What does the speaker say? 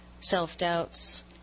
self-doubts